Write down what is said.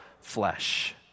flesh